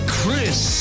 Chris